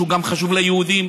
שחשוב גם ליהודים.